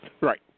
Right